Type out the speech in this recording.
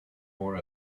more